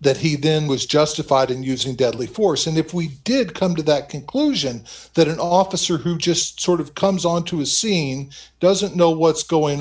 that he then was justified in using deadly force and if we did come to that conclusion that an officer who just sort of comes onto a scene doesn't know what's going